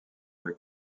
avec